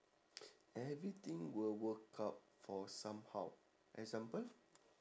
everything will work out for somehow example